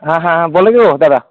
हां हां बोला की ओ दादा